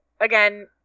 again